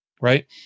right